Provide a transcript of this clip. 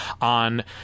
on